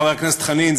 חבר הכנסת דב חנין,